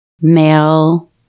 male